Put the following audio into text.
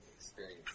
experience